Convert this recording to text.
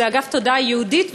זה אגף תודעה יהודית,